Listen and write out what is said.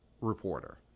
reporter